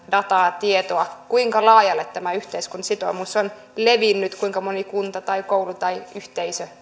dataa tietoa kuinka laajalle tämä yhteiskuntasitoumus on levinnyt kuinka moni kunta koulu yhteisö